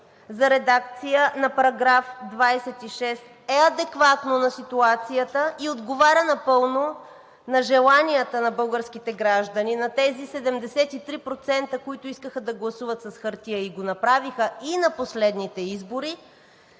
за редакция на § 26 е адекватно на ситуацията и отговаря напълно на желанията на българските граждани, на тези 73%, които искаха да гласуват с хартия и го направиха и на последните избори.